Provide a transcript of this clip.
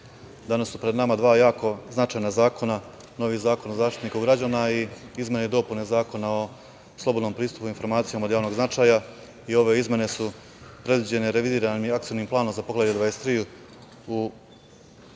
danas su pred nama dva jako značajna zakona, novi zakon o Zaštitniku građana i izmene i dopune zakona o slobodnom pristupu informacijama od javnog značaja. Ove izmene su predviđene Revidiranim i Akcionim planom za Poglavlje 23.